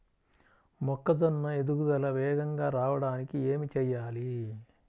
మొక్కజోన్న ఎదుగుదల వేగంగా రావడానికి ఏమి చెయ్యాలి?